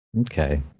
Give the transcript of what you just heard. Okay